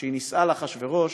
כשהיא נישאה לאחשוורוש